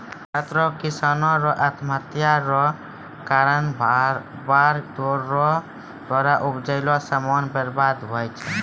भारत रो किसानो रो आत्महत्या रो कारण बाढ़ रो द्वारा उपजैलो समान बर्बाद होय जाय छै